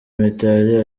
mitali